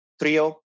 trio